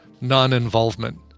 non-involvement